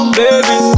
baby